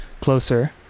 closer